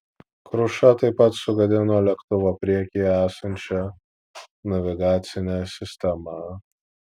kruša taip pat sugadino lėktuvo priekyje esančią navigacinę sistemą